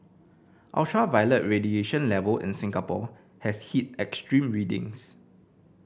ultraviolet radiation level in Singapore has hit extreme readings